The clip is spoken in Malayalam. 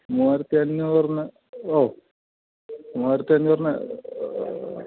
മൂവായിരത്തി അഞ്ഞൂറിന്ന് ഓ മൂവായിരത്തി അഞ്ഞൂറന്ന്